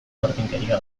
gordinkeria